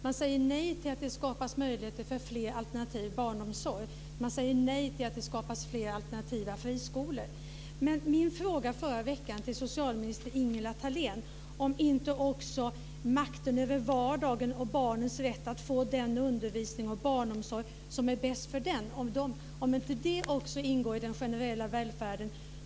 Man säger nej till att det skapas möjligheter för fler alternativ i barnomsorgen. Man säger nej till att det skapas fler alternativa friskolor. Jag frågade statsrådet Ingela Thalén förra veckan om inte makten över vardagen och barnens rätt att få den undervisning och den barnomsorg som är bäst för dem också ingår i den generella välfärden.